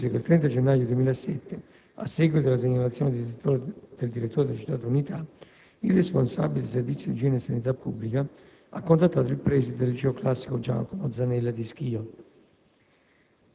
si precisa che il 30 gennaio 2007, a seguito della segnalazione del direttore della citata unità, il responsabile del servizio igiene e sanità pubblica (SISP) ha contattato il preside del liceo classico «Giacomo Zanella» di Schio,